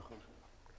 נכון.